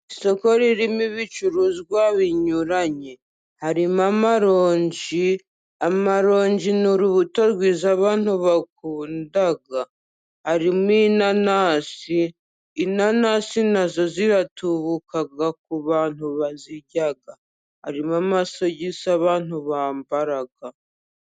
Isoko ririmo ibicuruzwa binyuranye harimo amaronji, amarongi ni urubuto rwiza abantu bakunda, harimo inanasi, inanasi na zo ziratubukabuka ku bantu bazirya, harimo amasogisi abantu bambara.